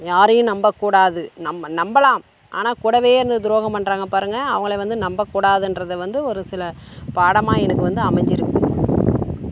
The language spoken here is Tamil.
யாரையும் நம்பக் கூடாது நம்ம நம்பலாம் ஆனால் கூடவே இருந்து துரோகம் பண்ணுறாங்க பாருங்கள் அவங்களை வந்து நம்ப கூடாதுன்றது வந்து ஒரு சில பாடமாக எனக்கு வந்து அமைஞ்சிருக்குது